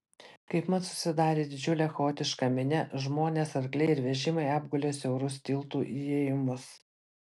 kaipmat susidarė didžiulė chaotiška minia žmonės arkliai ir vežimai apgulė siaurus tiltų įėjimus